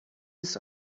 his